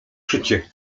szycie